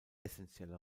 essentielle